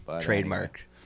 Trademark